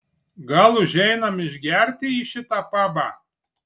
gal užeinam išgerti į šitą pabą